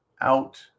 out